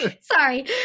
sorry